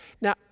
Now